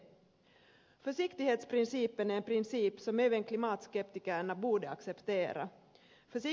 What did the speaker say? försiktighetsprincipen är en princip som även klimatskeptikerna borde acceptera